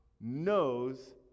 knows